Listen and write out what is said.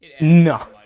No